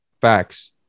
facts